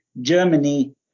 Germany